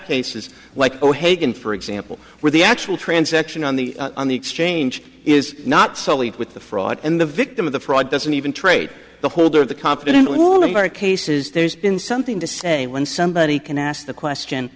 cases like o'hagan for example where the actual transaction on the on the exchange is not solely with the fraud and the victim of the fraud doesn't even trade the holder of the competent one of our cases there's been something to say when somebody can ask the question